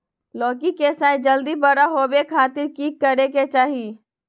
लौकी के साइज जल्दी बड़ा होबे खातिर की करे के चाही?